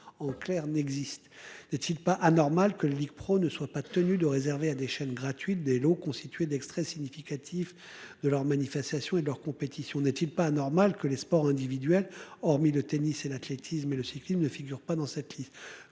en clair n'existent n'est-il pas anormal que Ligue pro ne soient pas tenus de réserver à des chaînes gratuites, des lots constitués d'extraits significatifs de leur manifestation et de leur compétition n'est-il pas normal que les sports individuels, hormis le tennis et l'athlétisme et le cyclisme ne figure pas dans cette liste